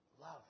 love